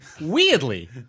Weirdly